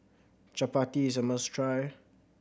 chapati is a must try